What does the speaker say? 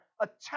Attack